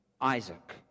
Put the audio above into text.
Isaac